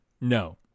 No